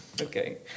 Okay